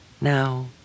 Now